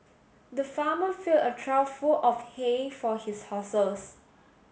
the farmer filled a trough full of hay for his horses